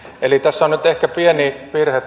eli tässä keskustelussa on nyt ehkä pieni virhe